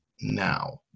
now